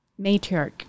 matriarch